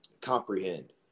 comprehend